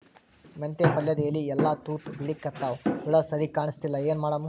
ಮೆಂತೆ ಪಲ್ಯಾದ ಎಲಿ ಎಲ್ಲಾ ತೂತ ಬಿಳಿಕತ್ತಾವ, ಹುಳ ಸರಿಗ ಕಾಣಸ್ತಿಲ್ಲ, ಏನ ಮಾಡಮು?